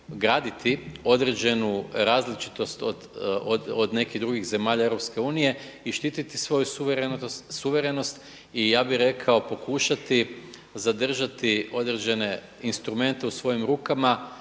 graditi određenu različitost od nekih drugih zemalja EU i štititi svoju suverenost i ja bih rekao pokušati zadržati određene instrumente u svojim rukama